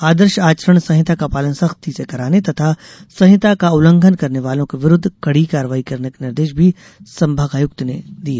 आदर्श आचरण संहिता का पालन सख्ती से कराने तथा संहिता का उल्लंघन करने वालों के विरूद्व कड़ी कार्रवाई करने के निर्देश भी संभागायुक्त ने दिए